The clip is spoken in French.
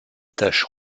tache